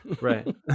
Right